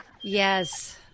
yes